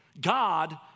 God